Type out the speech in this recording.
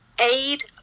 Aid